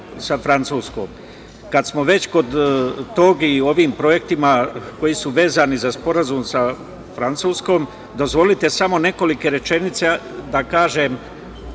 sa Francuskom. Kada smo već kod toga i u ovim projektima koji su vezani za sporazum sa Francuskom, dozvolite samo nekoliko rečenica da kažem